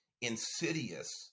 insidious